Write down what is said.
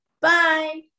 Bye